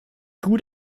gut